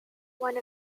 one